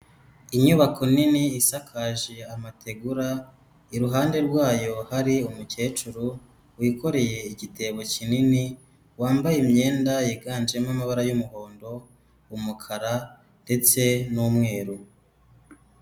Inyubako nini isakaje amategura iruhande rwayo ari umukecuru wikoreye igitebo kinini, wambaye imyenda yiganjemo amabara y'umuhondo, umukara ndetse n'umweru.